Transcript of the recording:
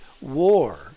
war